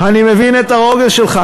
אני מבין את הרוגז שלך.